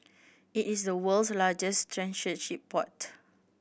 it is the world's largest transshipment port